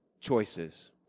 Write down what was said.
choices